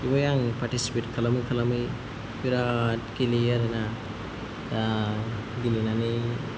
ओमफ्राय आंङो पार्टिसिपेट खालामै खालामै बिराद गेलेयो आरोना दा गेलेनानै